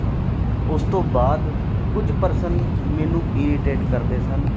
ਸਨ ਉਸ ਤੋਂ ਬਾਅਦ ਕੁਝ ਪਰਸਨ ਮੈਨੂੰ ਈਰੀਟੇਟ ਕਰਦੇ ਸਨ